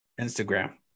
Instagram